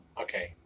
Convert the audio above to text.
Okay